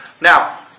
Now